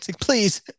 please